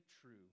true